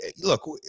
look